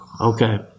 Okay